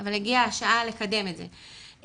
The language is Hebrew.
אבל הגיעה השעה לקדם את זה.